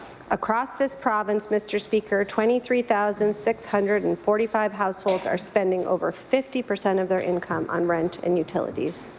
across this province, mr. speaker, twenty three thousand six hundred and forty five households are spending over fifty percent of their income on rent and utilities.